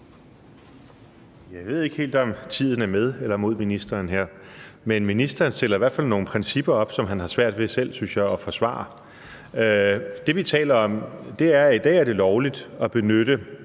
Jeg ved ikke helt, om tiden er med eller mod ministeren her, men ministeren stiller i hvert fald nogle principper op, som han har svært ved selv, synes jeg, at forsvare. Det, vi taler om, er, at det i dag er lovligt at benytte